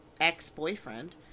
ex-boyfriend